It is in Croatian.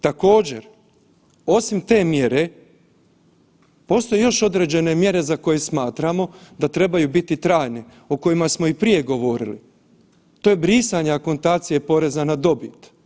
Također osim te mjere postoje još određene mjere za koje smatramo da trebaju biti trajne o kojima smo i prije govorili, to je brisanje akontacije poreza na dobit.